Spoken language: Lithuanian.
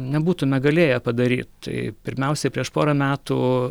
nebūtume galėję padaryt tai pirmiausiai prieš porą metų